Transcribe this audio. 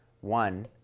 one